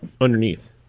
underneath